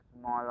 small